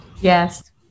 Yes